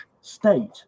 state